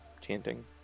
chanting